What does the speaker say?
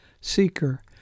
Seeker